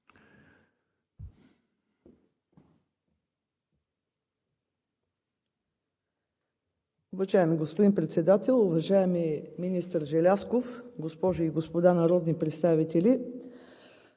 Уважаеми господин Председател, уважаеми министър Желязков, госпожи и господа народни представители!